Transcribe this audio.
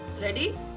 Ready